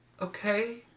Okay